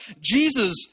Jesus